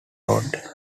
road